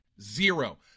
Zero